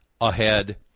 ahead